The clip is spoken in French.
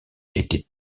était